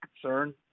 concern